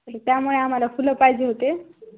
त्यामुळे आम्हाला फुलं पाहिजे होते